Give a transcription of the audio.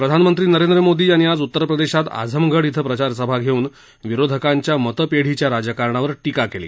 प्रधानमंत्री नरेंद्र मोदी यांनी आज उत्तर प्रदेशात आझमगढ इथं प्रचारसभा घेऊन विरोधकांच्या मतपेढीच्या राजकारणावर टीका केली